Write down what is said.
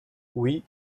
oui